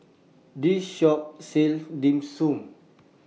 This Shop sells Dim Sum